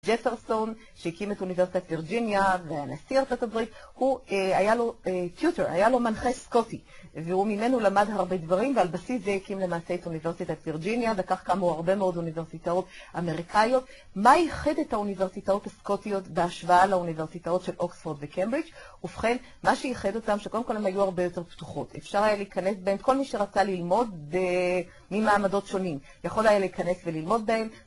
ג'פרסון, שהקים את אוניברסיטת וירג'יניה וה... נשיא ארצות הברית, הוא, היה לו טיוטר, היה לו מנחה סקוטי, והוא ממנו למד הרבה דברים, ועל בסיס זה הקים למעשה את אוניברסיטת וירג'יניה, וכך קמו הרבה מאוד אוניברסיטאות אמריקאיות. מה ייחד את האוניברסיטאות הסקוטיות בהשוואה לאוניברסיטאות של אוקספורד וקיימברידג'? ובכן, מה שייחד אותם שקודם כל הן היו הרבה יותר פתוחות, אפשר היה להיכנס בהן, כל מי שרצה ללמוד ב... ממעמדות שונים, יכול היה להיכנס וללמוד בהם.